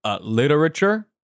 literature